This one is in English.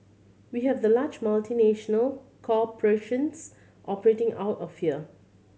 we have the large multinational corporations operating out of here